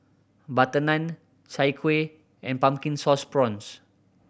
Butter Naan Chai Kuih and Pumpkin Sauce Prawns